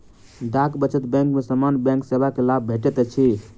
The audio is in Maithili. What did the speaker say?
डाक बचत बैंक में सामान्य बैंक सेवा के लाभ भेटैत अछि